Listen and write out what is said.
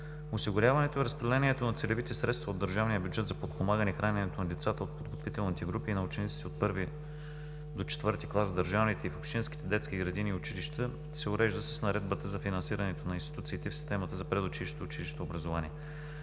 Осигуряването и разпределението на целевите средства от държавния бюджет за подпомагане храненето на децата от подготвителните групи и на учениците от първи до четвърти клас в държавните и в общинските детски градини и училища се урежда с Наредбата за финансирането на институциите в системата за предучилищното и училищното образование.